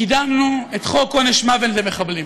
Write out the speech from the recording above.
קידמנו את חוק עונש מוות למחבלים.